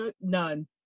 none